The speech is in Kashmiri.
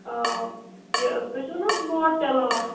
آ یہِ تُہۍ چھُو نہ حظ بوٹ چلاوان